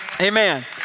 Amen